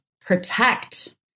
protect